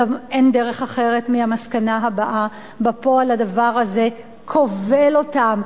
אין דרך אחרת מהמסקנה הבאה: בפועל הדבר הזה כובל אותם,